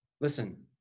Listen